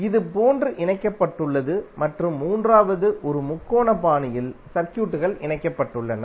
இது போன்று இணைக்கப்பட்டுள்ளது மற்றும் மூன்றாவது ஒரு முக்கோண பாணியில் சர்க்யூட்கள் இணைக்கப்பட்டுள்ளன